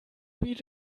beat